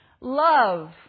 Love